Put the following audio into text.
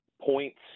points